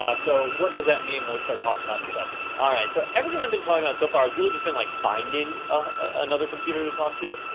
um so what does that mean when we start talking about a session? all right, so everything i've been talking about so far has really just been like finding ah another computer to talk to.